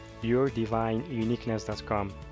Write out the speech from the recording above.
yourdivineuniqueness.com